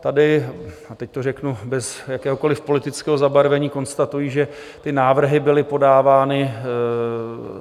Tady, a teď to řeknu bez jakéhokoliv politického zabarvení, konstatuji, že ty návrhy byly podávány